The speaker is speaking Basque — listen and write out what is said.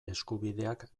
eskubideak